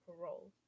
parole